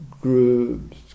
groups